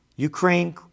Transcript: Ukraine